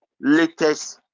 latest